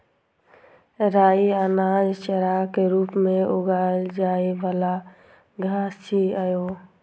राइ अनाज, चाराक रूप मे उगाएल जाइ बला घास छियै